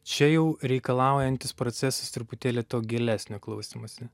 čia jau reikalaujantis procesas truputėlį to gilesnio klausymosi